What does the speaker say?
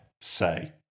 say